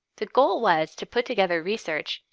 the goal was to put together research,